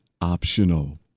optional